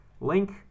Link